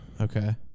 Okay